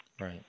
Right